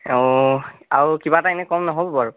অঁ আৰু এনে কিবা এটা কম নহ'ব নেকি